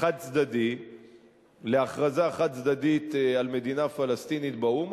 חד-צדדי להכרזה חד-צדדית על מדינה פלסטינית באו"ם,